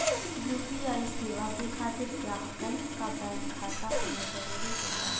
UPI सेवा के खातिर ग्राहकन क बैंक खाता होना जरुरी होला